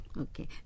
Okay